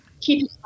keep